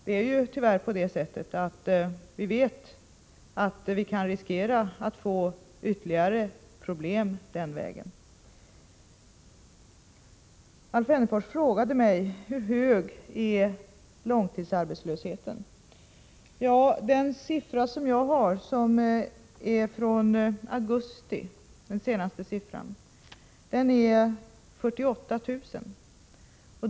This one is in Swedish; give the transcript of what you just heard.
Det är ju tyvärr så, att vi kan riskera att få ytterligare problem på det området. Alf Wennerfors frågade mig: Hur hög är långtidsarbetslösheten? Ja, den senaste siffran som jag har tillgång till är från augusti, och den anger 48 000.